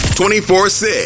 24-6